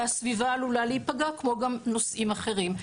והסביבה עלולה להיפגע כמו גם נושאים אחרים.